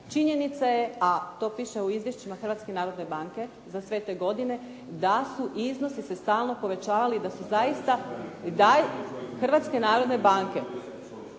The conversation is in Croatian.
Činjenica je a to piše u izvješćima Hrvatske narodne banke za sve te godine da su se iznosi stalno povećavali, da su zaista, Hrvatske narodne banke.